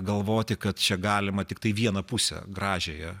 galvoti kad čia galima tiktai vieną pusę gražiąją